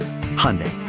Hyundai